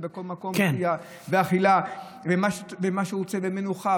ובכל מקום שתייה ואכילה ומה שהוא רוצה ומנוחה